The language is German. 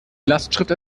lastschrift